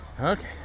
Okay